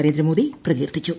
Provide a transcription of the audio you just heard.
നരേന്ദ്രമോദി പ്രകീർത്തിച്ചു